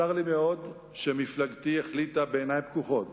צר לי מאוד שמפלגתי החליטה בעיניים פקוחות